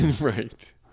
right